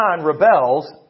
rebels